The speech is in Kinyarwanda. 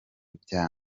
bya